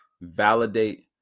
validate